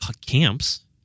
camps